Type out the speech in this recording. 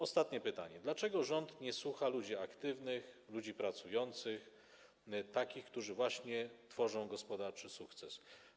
Ostatnie pytanie: Dlaczego rząd nie słucha ludzi aktywnych, ludzi pracujących, takich, którzy właśnie tworzą gospodarczy sukces?